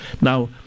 Now